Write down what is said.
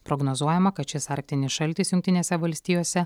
prognozuojama kad šis arktinis šaltis jungtinėse valstijose